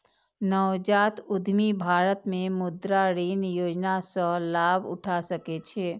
नवजात उद्यमी भारत मे मुद्रा ऋण योजना सं लाभ उठा सकै छै